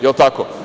Je li tako?